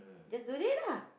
just do it lah